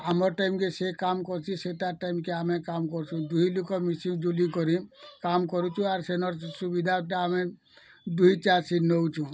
ଆମର୍ ଟାଇମ୍ କେ ସେ କାମ୍ କରୁଛି ସେ ତାର୍ ଟାଇମ୍ କେ ଆମେ କାମ୍ କରୁଛୁଁ ଦୁଇ ଲୋକ ମିଶି ଜୁଲି କରି କାମ କରୁଚୁଁ ଆର୍ ସେନର୍ ସୁବିଧାଟା ଆମେ ଦୁଇ ଚାର୍ ଦିନ୍ ନଉଛୁ